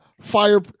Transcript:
fire